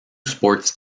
sports